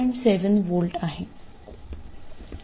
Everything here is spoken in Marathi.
7V आहे